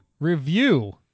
review